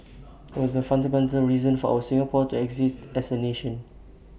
IT was the fundamental reason for our Singapore to exist as A nation